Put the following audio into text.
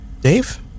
Dave